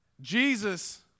Jesus